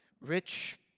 rich